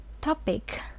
topic